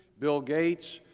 bill gates,